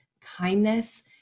kindness